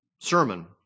sermon